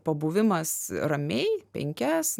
pabuvimas ramiai penkias